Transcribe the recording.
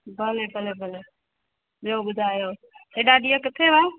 भले भले भले ॿियो ॿुधायो हेॾा ॾींहं किथे हुआ